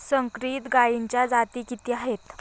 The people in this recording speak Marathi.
संकरित गायीच्या जाती किती आहेत?